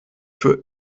für